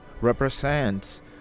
represents